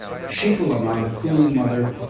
shitala mata, the cooling mother,